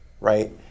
Right